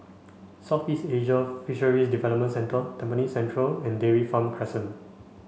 Southeast Asian Fisheries Development Centre Tampines Central and Dairy Farm Crescent